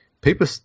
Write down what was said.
people